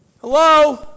Hello